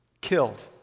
killed